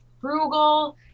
frugal